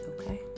okay